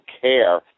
care